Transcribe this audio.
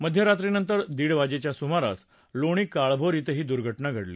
मध्यरात्रीनंतर दीड वाजेच्या सुमारास लोणी काळभोर इथं ही दुर्घटना घडली